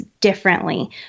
differently